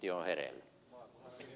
arvoisa herra puhemies